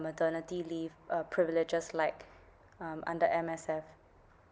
maternity leave uh privileges like um under M_S_F